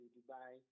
Dubai